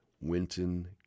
Winton